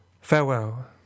farewell